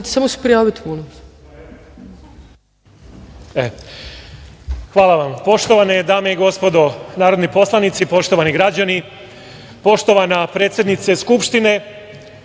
Hvala vam. Poštovane dame i gospodo narodni poslanici, poštovani građani, poštovana predsednice Skupštine,